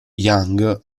jung